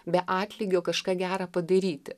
be atlygio kažką gera padaryti